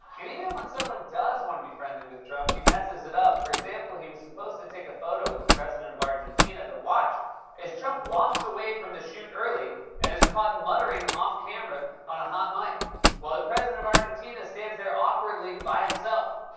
and even when someone does want to be friendly with trump, he messes it up. for example, he was supposed to take a photo with the president of argentina. but watch as trump walks away from the shoot early and is caught and muttering off camera on a hot mic while the president of argentina stands there awkwardly by himself.